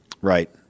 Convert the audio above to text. Right